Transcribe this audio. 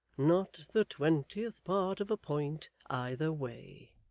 not the twentieth part of a point either way